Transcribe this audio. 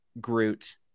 Groot